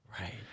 Right